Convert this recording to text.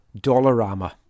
Dollarama